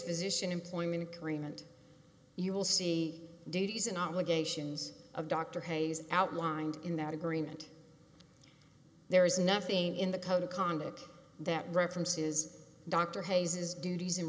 physician employment agreement you will see duties and obligations of dr hayes outlined in that agreement there is nothing in the code of conduct that references dr hayes's duties and